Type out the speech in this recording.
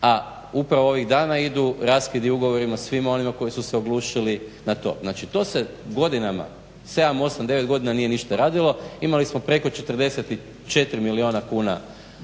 a upravo ovih dana idu raskidi ugovorima svima onima koji su se oglušili na to. Znači to se godinama, 7,8,9 godina nije ništa radilo. Imali smo preko 44 milijuna kuna